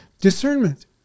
discernment